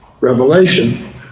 revelation